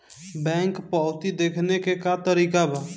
Bank पवती देखने के का तरीका बा?